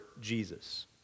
Jesus